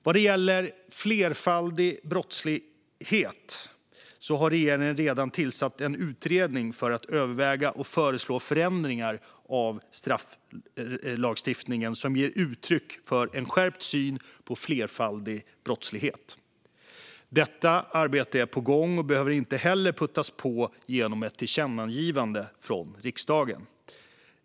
Vad gäller flerfaldig brottslighet har regeringen redan tillsatt en utredning för att överväga och föreslå förändringar av strafflagstiftningen som ger uttryck för en skärpt syn på flerfaldig brottslighet. Detta arbete är på gång och behöver inte heller puttas på genom ett tillkännagivande från riksdagen.